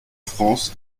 france